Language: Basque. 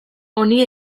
honi